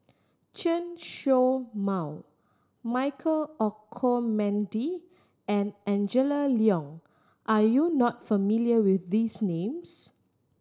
Chen Show Mao Michael Olcomendy and Angela Liong are you not familiar with these names